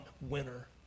winner